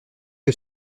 que